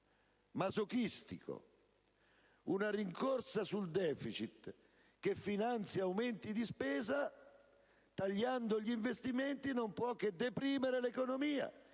masochistico: una rincorsa sul deficit che finanzia aumenti di spesa tagliando gli investimenti non può che deprimere l'economia,